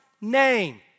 name